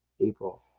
April